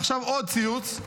עכשיו עוד ציוץ,